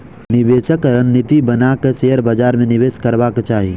निवेशक रणनीति बना के शेयर बाजार में निवेश करबाक चाही